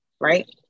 right